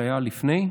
שהיה לפני?